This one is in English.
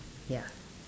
ya